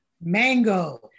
mango